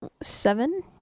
seven